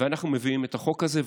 ואנחנו מביאים את החוק הזה ואומרים: